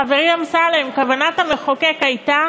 חברי אמסלם, כוונת המחוקק הייתה